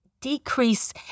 decrease